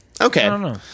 okay